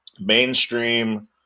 mainstream